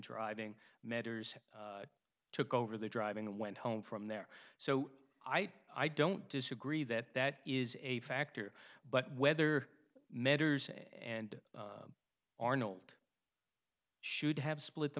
driving medders took over the driving and went home from there so i don't disagree that that is a factor but whether medders and arnold should have split the